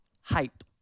hype